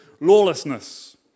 lawlessness